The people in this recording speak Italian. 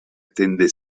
tende